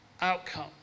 outcome